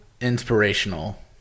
inspirational